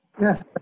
Yes